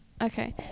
Okay